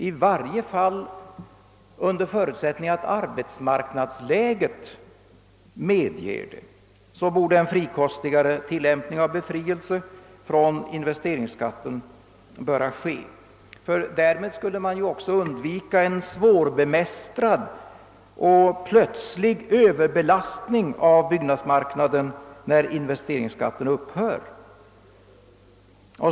I varje fall under förutsättning att arbetsmarknadsläget tillåter det borde ett frikostigare medgivande av befrielse från investeringsavgiften ske. Därmed skulle man också undvika en svårbemästrad, plötslig överbelastning av byggnadsmarknaden när investeringsskatten upphör.